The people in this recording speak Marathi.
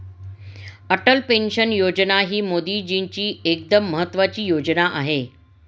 अटल पेन्शन योजना ही मोदीजींची एकदम महत्त्वाची योजना आहे